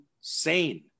sane